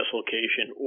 location